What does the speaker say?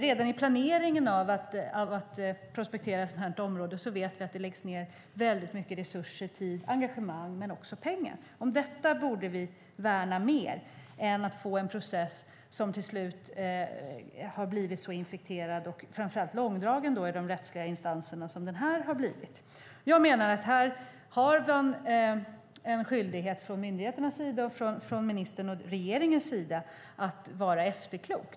Redan i planeringen av prospektering i ett sådant här område vet vi att det läggs ned väldigt mycket resurser, tid, engagemang och pengar. Om detta borde vi värna i stället för att få en process som den vi nu har fått, som till slut har blivit väldigt infekterad och långdragen i de rättsliga instanserna. Här har man från myndigheternas sida och från ministerns och regeringens sida en skyldighet att vara efterklok.